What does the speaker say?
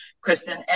Kristen